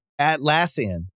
Atlassian